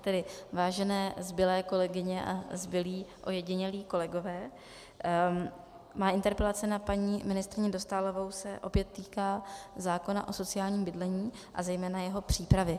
Tak tedy vážené zbylé kolegyně a zbylí ojedinělí kolegové, má interpelace na paní ministryni Dostálovou se opět týká zákona o sociálním bydlení a zejména jeho přípravy.